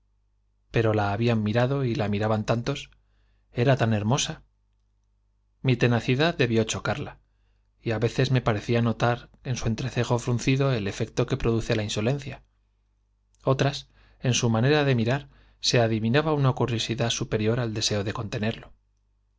pero la habían mirado y la miraban tantos era tan hermosa mi tenacidad debió chocarla y á veces me parecía notar en su entrecejo fruncido el efecto que produce su manera de mirar se adivila insolencia otras en naba una curiosidad superior al deseo de contenerlo